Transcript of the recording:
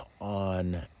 on